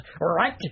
right